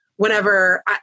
whenever